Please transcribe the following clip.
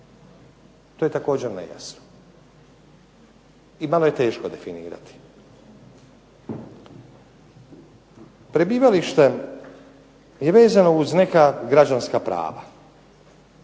To je također nejasno. I malo je teško definirati. Prebivalište je vezano uz neka građanska prava.